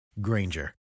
Granger